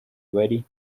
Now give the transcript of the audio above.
bari